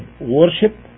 worship